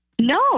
No